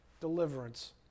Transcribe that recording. deliverance